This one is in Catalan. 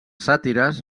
sàtires